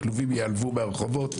הכלובים ייעלמו מהרחובות.